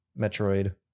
Metroid